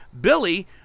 Billy